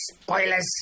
spoilers